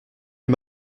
les